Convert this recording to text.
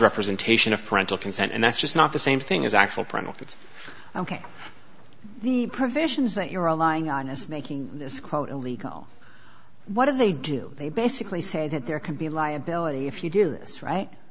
representation of parental consent and that's just not the same thing as actual parental it's ok the provisions that you're a lying on is making this quote illegal what do they do they basically say that there can be liability if you do